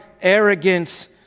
arrogance